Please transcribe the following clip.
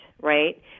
right